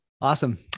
awesome